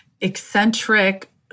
eccentric